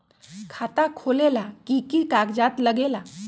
खाता खोलेला कि कि कागज़ात लगेला?